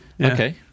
Okay